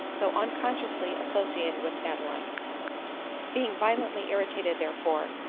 though unconsciously, associated with adeline being violently irritated therefore,